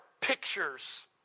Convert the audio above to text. pictures